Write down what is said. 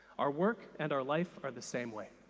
our work and our life are the same way.